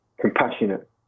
compassionate